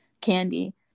candy